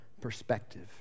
perspective